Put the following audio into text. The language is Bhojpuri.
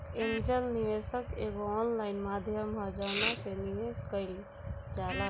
एंजेल निवेशक एगो ऑनलाइन माध्यम ह जवना से निवेश कईल जाला